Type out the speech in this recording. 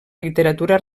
literatura